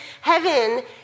Heaven